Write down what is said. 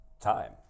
time